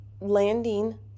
landing